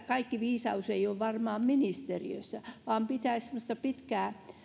kaikki viisaus ei ole varmaan ministeriössä vaan pitäisi semmoista pitkää